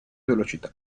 velocità